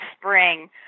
Spring